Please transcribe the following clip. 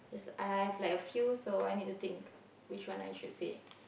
I've like a few so I need to think which one I should say